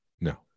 No